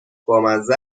بامزه